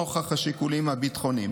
נוכח השיקולים הביטחוניים.